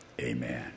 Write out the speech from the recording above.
amen